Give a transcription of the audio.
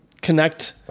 connect